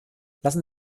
lassen